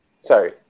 sorry